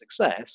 success